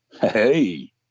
Hey